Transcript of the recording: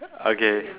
okay